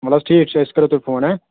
ولہٕ حَظ ٹھیٖک چھُ أسۍ کرو تۄہہِ فون ہاں